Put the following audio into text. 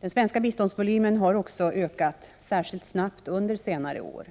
Den svenska biståndsvolymen har också ökat särskilt snabbt under senare år.